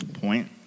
point